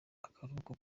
akaruhuko